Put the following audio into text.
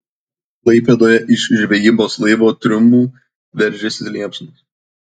klaipėdoje iš žvejybos laivo triumų veržėsi liepsnos